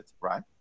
Right